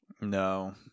No